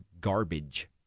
garbage